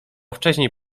wcześniej